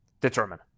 determine